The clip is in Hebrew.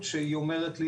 זאת אומרת,